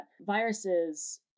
viruses